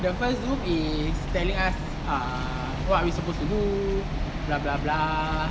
the first zoom is telling us ah what are we supposed to do blah blah blah